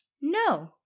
No